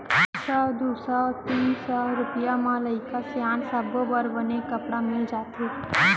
सौ, दू सौ, तीन सौ रूपिया म लइका सियान सब्बो बर बने कपड़ा मिल जाथे